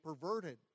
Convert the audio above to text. perverted